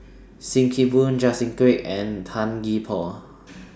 SIM Kee Boon Justin Quek and Tan Gee Paw